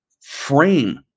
frame